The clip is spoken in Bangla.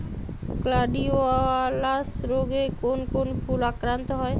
গ্লাডিওলাস রোগে কোন কোন ফুল আক্রান্ত হয়?